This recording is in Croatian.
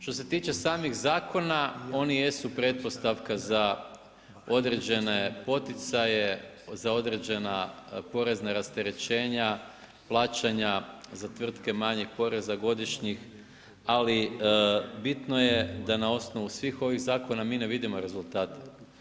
Što se tiče samih zakona oni jesu pretpostavka za određene poticaje za određena porezna rasterećenja, plaćanja za tvrtke manjeg poreza godišnjih, ali bitno je da na osnovu svih ovih zakona mi ne vidimo rezultata.